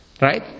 Right